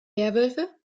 werwölfe